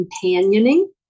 companioning